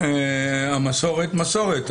המסורת היא מסורת,